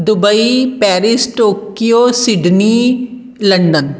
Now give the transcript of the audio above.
Dubai Paris Tokyo Sydney London